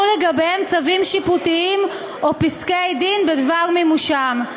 לגביהם צווים שיפוטיים או פסקי-דין בדבר מימושם.